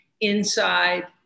inside